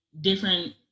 different